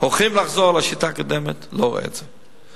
הולכים לחזור לשיטה הקודמת, לא רואה את זה.